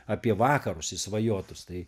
apie vakarus išsvajotus tai